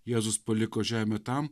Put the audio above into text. jėzus paliko žemę tam